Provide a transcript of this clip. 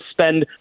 spend